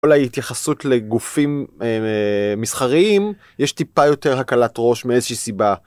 כל ההתייחסות לגופים מסחריים, יש טיפה יותר הקלט ראש מאיזושהי סיבה.